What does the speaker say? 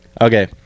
okay